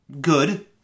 good